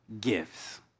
gifts